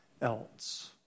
else